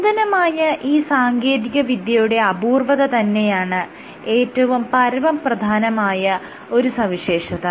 നൂതനമായ ഈ സാങ്കേതിക വിദ്യയുടെ അപൂർവ്വത തന്നെയാണ് ഏറ്റവും പരമപ്രധാനമായ ഒരു സവിശേഷത